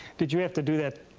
did you have to do that,